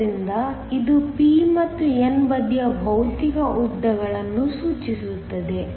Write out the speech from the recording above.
ಆದ್ದರಿಂದ ಇದು p ಮತ್ತು n ಬದಿಯ ಭೌತಿಕ ಉದ್ದಗಳನ್ನು ಸೂಚಿಸುತ್ತದೆ